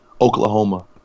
Oklahoma